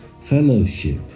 fellowship